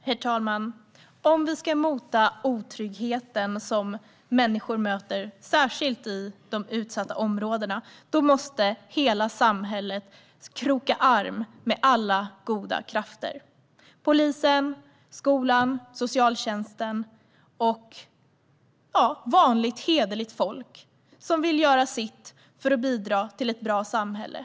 Herr talman! Om vi ska mota den otrygghet som människor möter, särskilt i de utsatta områdena, måste hela samhället kroka arm med alla goda krafter - polisen, skolan, socialtjänsten och vanligt hederligt folk som vill göra sitt för att bidra till ett bra samhälle.